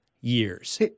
years